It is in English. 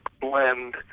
blend